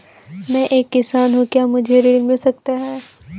मैं एक किसान हूँ क्या मुझे ऋण मिल सकता है?